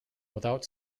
without